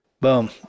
boom